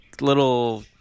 little